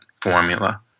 formula